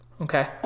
Okay